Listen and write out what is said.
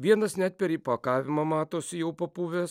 vienas net per įpakavimą matosi jau papuvęs